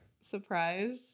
surprise